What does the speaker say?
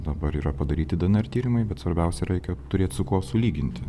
dabar yra padaryti dnr tyrimai bet svarbiausia reikia turėti su kuo sulyginti